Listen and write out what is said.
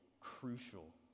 crucial